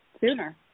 sooner